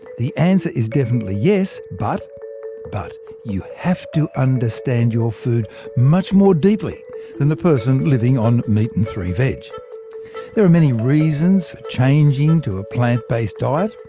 the answer is definitely yes but but you have to understand your food much more deeply than the person living on meat-and-three-veg. there are many reasons for changing to a plant-based diet.